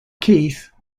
keith